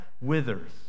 withers